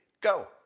Go